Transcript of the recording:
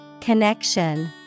Connection